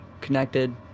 connected